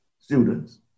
students